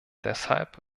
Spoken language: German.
deshalb